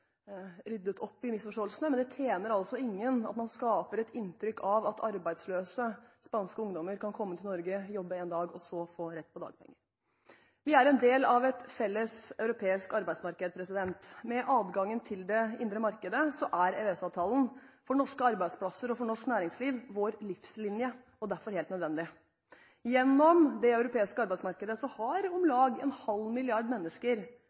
ryddet opp i misforståelsene. Men det tjener ingen at man skaper et inntrykk av at arbeidsløse spanske ungdommer kan komme til Norge, jobbe én dag og så få rett på dagpenger. Vi er en del av et felles europeisk arbeidsmarked. Med adgangen til det indre markedet er EØS-avtalen for norske arbeidsplasser og for norsk næringsliv vår livslinje og derfor helt nødvendig. Gjennom det europeiske arbeidsmarkedet har om lag en halv milliard mennesker